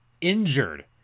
injured